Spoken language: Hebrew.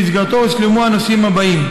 ובמסגרתו הושלמו הנושאים האלה: